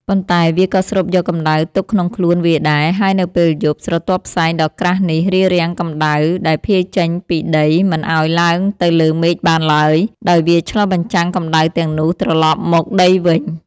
ប៉ុន្តែវាក៏ស្រូបយកកម្ដៅទុកក្នុងខ្លួនវាដែរ ហើយនៅពេលយប់ ស្រទាប់ផ្សែងដ៏ក្រាស់នេះរារាំងកម្ដៅដែលភាយចេញពីដីមិនឱ្យឡើងទៅលើមេឃបានឡើយ ដោយវាឆ្លុះបញ្ចាំងកម្ដៅទាំងនោះត្រឡប់មកដីវិញ។